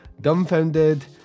dumbfounded